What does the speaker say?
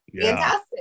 Fantastic